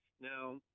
Now